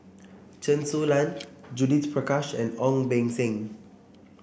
Chen Su Lan Judith Prakash and Ong Beng Seng